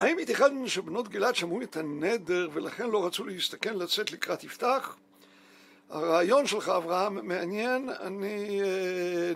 האם יתכן שבנות גלעד שמעו את הנדר ולכן לא רצו להסתכן לצאת לקראת יפתח? הרעיון שלך אברהם מעניין, אני